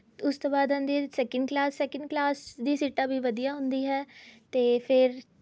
ਉਸ ਤੋਂ ਬਾਅਦ ਆਉਂਦੀ ਹੈ ਸੈਕਿੰਡ ਕਲਾਸ ਸੈਕਿੰਡ ਕਲਾਸ ਦੀ ਸੀਟਾਂ ਵੀ ਵਧੀਆ ਹੁੰਦੀ ਹੈ ਅਤੇ ਫ਼ਿਰ